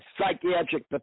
psychiatric